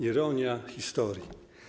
Ironia historii.